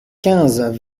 quinze